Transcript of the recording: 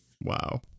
Wow